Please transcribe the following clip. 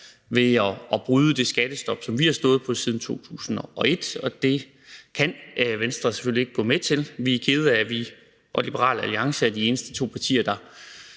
ved at bryde det skattestop, som vi har stået på siden 2001, og det kan Venstre selvfølgelig ikke gå med til. Vi er kede af, at vi og Liberal Alliance er de eneste to partier, der